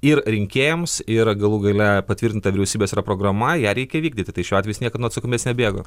ir rinkėjams yra galų gale patvirtinta vyriausybės programa ją reikia vykdyti tai šiuo atveju jis niekad nuo atsakomybės nebėgo